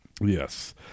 Yes